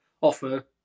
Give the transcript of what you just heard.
offer